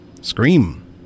Scream